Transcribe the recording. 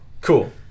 Cool